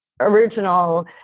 original